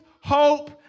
hope